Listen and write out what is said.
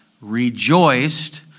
rejoiced